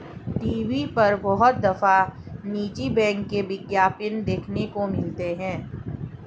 TV पर बहुत दफा निजी बैंक के विज्ञापन देखने को मिलते हैं